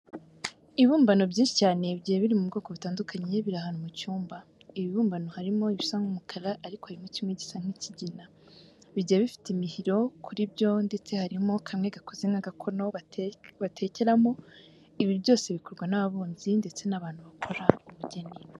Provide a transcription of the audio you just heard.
Ibibumbano byinshi cyane bigiye biri mu bwoko butandukanye biri ahantu mu cyumba. Ibi bibumbano harimo ibisa nk'umukara ariko harimo kimwe gisa nk'ikigina. Bigiye bifite imihiro kuri byo ndetse harimo kamwe gakoze nk'agakono batekeramo. Ibi byose bikorwa n'ababumbyi ndetse n'abantu bakora ubugeni.